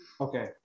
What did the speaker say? Okay